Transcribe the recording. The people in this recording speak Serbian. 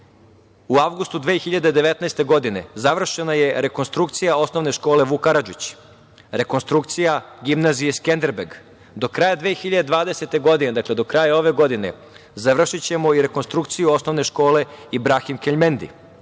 u avgustu 2019. godine, završena je rekonstrukcija Osnovne škole „Vuk Kradžić“, rekonstrukcija Gimnazije „Skenderbeg“. Do kraja 2020. godine, dakle, do kraja ove godine završićemo i rekonstrukciju Osnovne škole „Ibrahim Keljmendi“